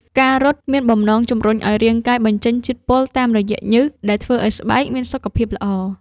ការរត់មានបំណងជម្រុញឱ្យរាងកាយបញ្ចេញជាតិពុលតាមរយៈញើស ដែលធ្វើឱ្យស្បែកមានសុខភាពល្អ។